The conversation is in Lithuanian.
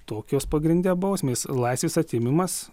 tokios pagrinde bausmės laisvės atėmimas